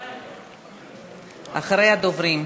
אחריה, דוברים.